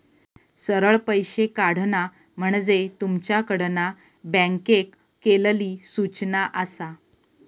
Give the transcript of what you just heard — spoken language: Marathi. सरळ पैशे काढणा म्हणजे तुमच्याकडना बँकेक केलली सूचना आसा